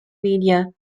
media